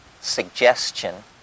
suggestion